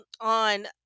on